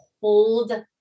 hold